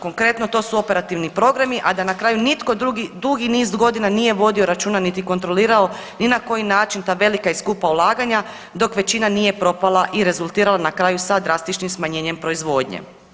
Konkretno, to su operativni programi, a da na kraju nitko drugi dugi niz godina nije vodio računa niti kontrolirao ni na koji način ta velika i skupa ulaganja dok većina nije propala i rezultirala na kraju sa drastičnim smanjenjem proizvodnje.